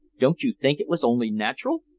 don't you think it was only natural?